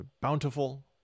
bountiful